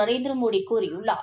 நரேந்திரமோடிகூறியுள்ளார்